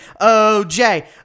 OJ